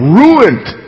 ruined